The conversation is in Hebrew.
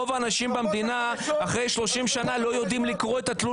אני חושב שהרבה אנשים ירגישו את זה מיד כשנעביר את זה